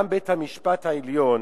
גם בית-המשפט העליון